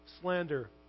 slander